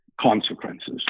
consequences